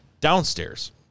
downstairs